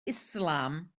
islam